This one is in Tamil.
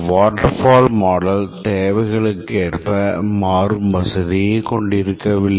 வாட்டர்பால் மாடல் தேவைகளுக்கேற்ப மாறும் வசதியை கொண்டிருக்கவில்லை